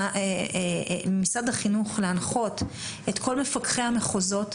ממשרד החינוך להנחות את כל מפקחי המחוזות